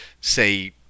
say